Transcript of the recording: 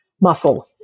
muscle